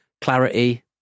clarity